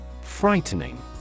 Frightening